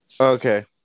Okay